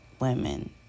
women